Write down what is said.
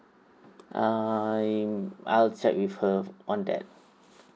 I'm I'll check with her on that